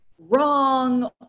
wrong